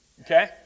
Okay